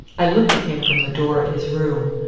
i looked at him from the door of his room,